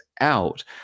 out